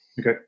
Okay